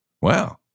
wow